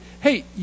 Hey